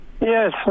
Yes